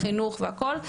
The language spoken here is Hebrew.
חינוך והכל,